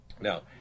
Now